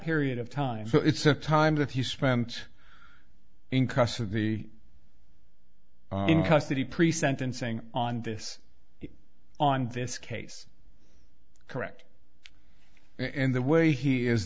period of time so it's a time that he's spent in custody in custody pre sentencing on this on this case correct and the way he is